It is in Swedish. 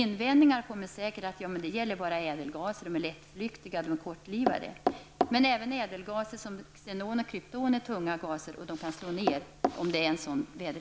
Invändningar kommer säkert att göras om att det bara gäller ädelgaser som är lättflyktiga och kortlivade. Men även ädelgaser som xenon och krypton är tunga gaser, och de kan falla till marken om det är en viss typ av väder.